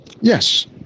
Yes